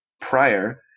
prior